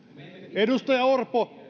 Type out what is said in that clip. edustaja orpo